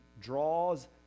draws